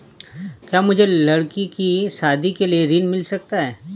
क्या मुझे लडकी की शादी के लिए ऋण मिल सकता है?